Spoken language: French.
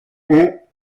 ont